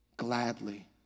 Gladly